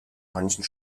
manchen